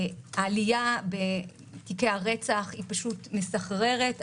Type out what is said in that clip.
העלייה בהיקף תיקי הרצח פשוט מסחררת.